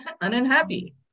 unhappy